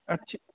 ਅੱਛਾ